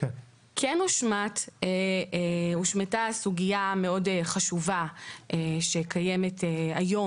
כן הושמטה הסוגיה המאוד חשובה שקיימת היום